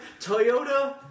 Toyota